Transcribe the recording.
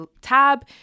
tab